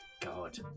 god